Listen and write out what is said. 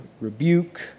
rebuke